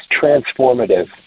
transformative